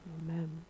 Amen